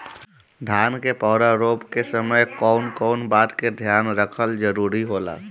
धान के पौधा रोप के समय कउन कउन बात के ध्यान रखल जरूरी होला?